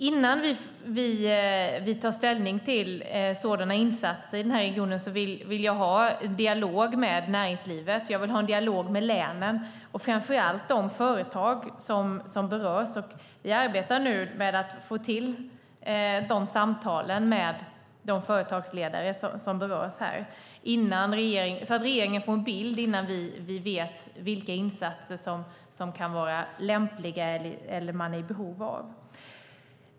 Innan vi tar ställning till sådana insatser i denna region vill jag ha en dialog med näringslivet, med länen och framför allt med de företag som berörs. Vi arbetar med att få till samtal med de företagsledare som berörs så att regeringen får en bild innan vi tar ställning till vilka insatser som kan vara lämpliga eller som behövs.